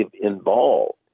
involved